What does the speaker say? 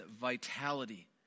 vitality